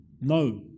No